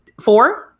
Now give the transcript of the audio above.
Four